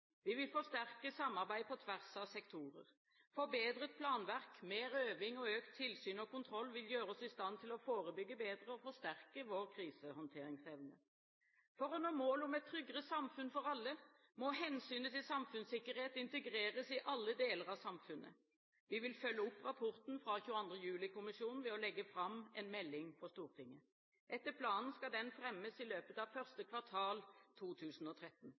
Vi vil forsterke samarbeid på tvers av sektorer. Forbedret planverk, mer øving og økt tilsyn og kontroll vil gjøre oss i stand til å forebygge bedre og forsterke vår krisehåndteringsevne. For å nå målet om et tryggere samfunn for alle må hensynet til samfunnssikkerhet integreres i alle deler av samfunnet. Vi vil følge opp rapporten fra 22. juli-kommisjonen ved å legge fram en melding for Stortinget. Etter planen skal den fremmes i løpet av 1. kvartal 2013.